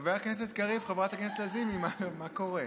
חבר הכנסת קריב, חברת הכנסת לזימי, מה קורה?